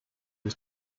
was